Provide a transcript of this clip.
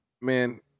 man